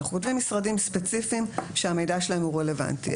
אנחנו כותבים משרדים ספציפיים שהמידע שלהם הוא רלוונטי.